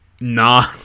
Nah